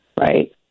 Right